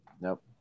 Nope